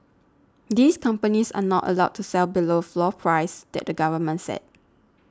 these companies are not allowed to sell below the floor prices that the government set